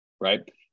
right